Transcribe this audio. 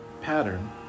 pattern